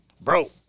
bro